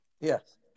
Yes